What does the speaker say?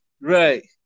Right